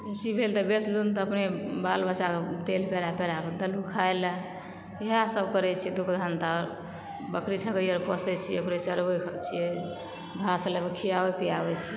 बेसी भेल तऽ बेच लेलहुॅं ने तऽ अपने बाल बच्चा के तेल पेरा पेरा कऽ देलहुॅं खायला ईहा सब करै छियै दुःख दंता बकरी छकड़ी अओर पोषइ छियै ओकरे चरबै छियै घास लऽ कऽ खियाबै पियाबै छियै